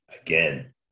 again